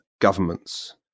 governments